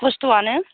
खस्थ'आनो